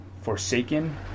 forsaken